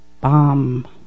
bomb